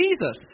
Jesus